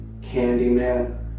Candyman